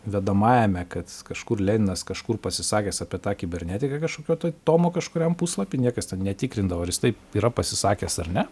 vedamajame kad kažkur leninas kažkur pasisakęs apie tą kibernetiką kažkokio tai tomo kažkuriam puslapy niekas ten netikrindavo ar jis taip yra pasisakęs ar ne